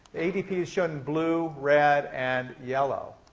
adp is shown in blue, red and yellow.